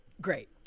great